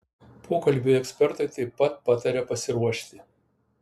pokalbiui ekspertai taip pat pataria pasiruošti